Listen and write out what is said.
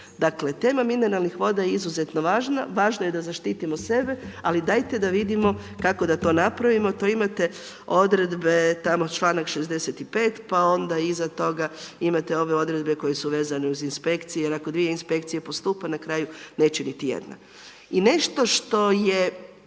Dakle, tema mineralnih voda je izuzetno važna. Važno je da zaštitimo sebe, ali dajte da vidimo kako da to napravimo. To imate odredbe tamo čl. 65., pa onda iza toga imate ove odredbe koje su vezane uz inspekcije. Jer ako dvije inspekcije postupa, na kraju neće niti jedna. I nešto što je